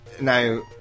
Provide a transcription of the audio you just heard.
Now